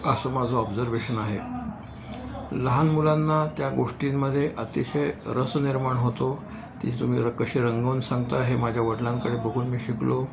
असं माझं ऑब्झर्वेशन आहे लहान मुलांना त्या गोष्टींमध्ये अतिशय रस निर्माण होतो ती तुम्ही र कशी रंगवून सांगता हे माझ्या वडिलांकडे बघून मी शिकलो